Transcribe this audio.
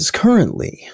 currently